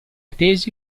tesi